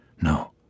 No